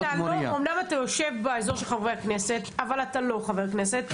אמנם אתה יושב באזור של חברי הכנסת אבל אתה לא חבר כנסת.